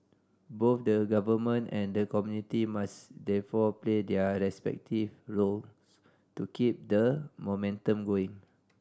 both the government and the community must therefore play their respective role to keep the momentum going